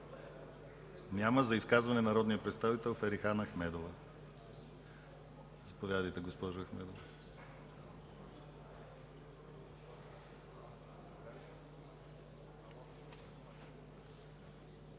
Няма. За изказване – народният представител Ферихан Ахмедова.